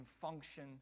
function